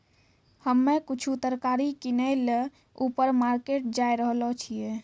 हम्मे कुछु तरकारी किनै ल ऊपर मार्केट जाय रहलो छियै